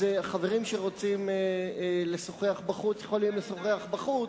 אז חברים שרוצים לשוחח בחוץ, יכולים לשוחח בחוץ,